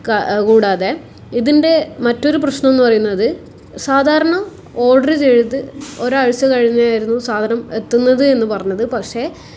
ക കൂടാതെ ഇതിൻ്റെ മറ്റൊരു പ്രശ്നം എന്ന് പറയുന്നത് സാധാരണ ഓർഡർ ചെയ്ത് ഒരാഴ്ച കഴിഞ്ഞായിരുന്നു സാധനം എത്തുന്നത് എന്ന് പറഞ്ഞത് പക്ഷേ